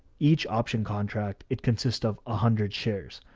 each option contract, it consists of a hundred shares.